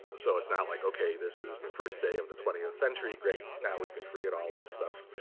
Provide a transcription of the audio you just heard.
so it's not like, ok. this is the first day of the twentieth century. great. now we can forget all that stuff.